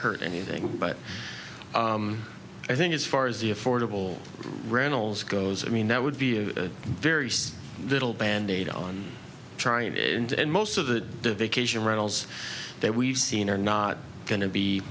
hurt anything but i think as far as the affordable rannells goes i mean that would be a very sad little band aid on trying to end most of the vacation rentals they we've seen are not going to be